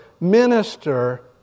minister